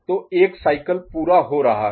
तो एक साइकिल पूरा हो रहा है